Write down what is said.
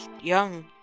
young